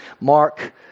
Mark